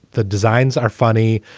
the designs are funny.